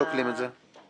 לא שוקלים את זה.